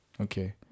Okay